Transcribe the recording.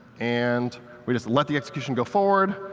and we just let the execution go forward.